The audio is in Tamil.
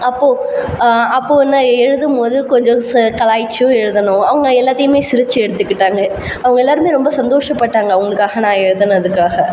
அப்போது அப்போது நான் எழுதும் போது கொஞ்சம் ச கலாய்ச்சும் எழுதினோம் அவங்க எல்லாத்தையுமே சிரித்து எடுத்துக்கிட்டாங்க அவங்க எல்லோருமே ரொம்ப சந்தோஷப்பட்டாங்க அவங்களுக்காக நான் எழுதினதுக்காக